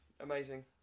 amazing